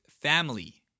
family